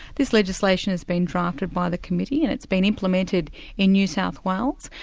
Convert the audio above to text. this legislation has been drafted by the committee and it's been implemented in new south wales.